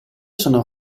sono